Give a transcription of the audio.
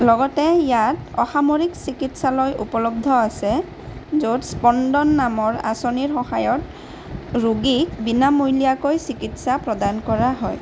লগতে ইয়াত অসামৰিক চিকিৎসালয় উপলব্ধ আছে য'ত স্পন্দন নামৰ আঁচনিৰ সহায়ত ৰোগীক বিনামূলীয়াকৈ চিকিৎসা প্ৰদান কৰা হয়